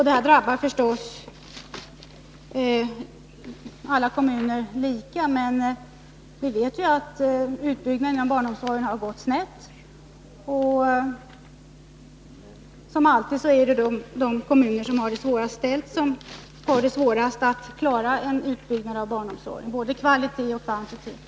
Det drabbar förstås alla kommuner lika, men vi vet ju att utbyggnaden av barnomsorgen har gått snett, och som alltid är det de kommuner som har det sämst ställt som får svårast att klara en utbyggnad av barnomsorgen, både kvalitativt och kvantitativt.